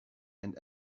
and